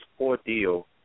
ordeal